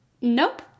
nope